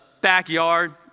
backyard